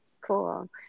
Cool